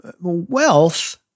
wealth